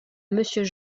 monsieur